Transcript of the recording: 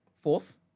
fourth